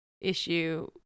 issue